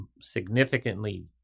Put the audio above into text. significantly